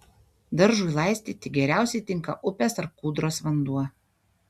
daržui laistyti geriausiai tinka upės ar kūdros vanduo